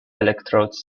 electrodes